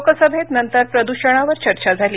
लोकसभेत नंतर प्रदृषणावर चर्चा झाली